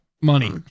money